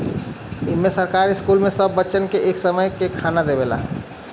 इम्मे सरकार स्कूल मे सब बच्चन के एक समय के खाना देवला